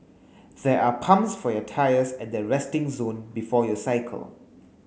there are pumps for your tyres at the resting zone before you cycle